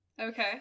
Okay